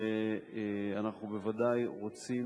ואנחנו בוודאי רוצים